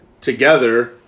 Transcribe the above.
together